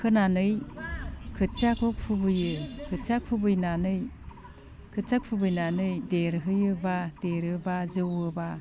खोनानै खोथियाखौ खुबैयो खोथिया खुबैनानै देरहोयोबा देरोबा जौवोबा